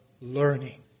learning